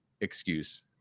excuse